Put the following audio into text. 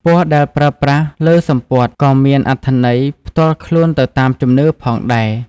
ពណ៌ដែលប្រើប្រាស់លើសំពត់ក៏មានអត្ថន័យផ្ទាល់ខ្លួនទៅតាមជំនឿផងដែរ។